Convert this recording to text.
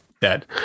dead